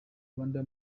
rwanda